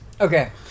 Okay